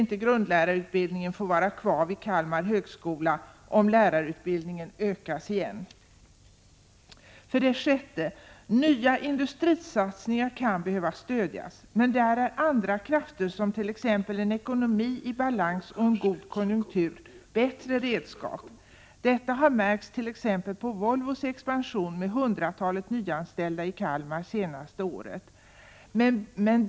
inte grundlärarutbildningen få vara kvar vid Kalmar högskola, om lärarutbildningen ökas igen? 6. Nya industrisatsningar kan behöva stödjas, men där är andra krafter, t.ex. en ekonomi i balans och en god konjunktur, bättre redskap. Detta har märkts t.ex. på Volvos expansion med hundratalet nyanställda i Kalmar det senaste året.